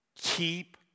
Keep